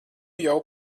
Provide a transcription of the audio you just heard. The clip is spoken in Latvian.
jau